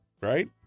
right